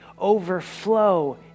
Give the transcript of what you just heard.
overflow